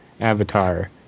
avatar